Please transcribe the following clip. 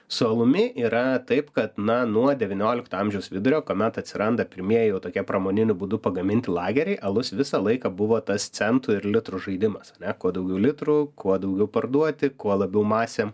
su alumi yra taip kad na nuo devyniolikto amžiaus vidurio kuomet atsiranda pirmieji jau tokie pramoniniu būdu pagaminti lageriai alus visą laiką buvo tas centų ir litrų žaidimas ane kuo daugiau litrų kuo daugiau parduoti kuo labiau masėm